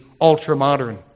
ultra-modern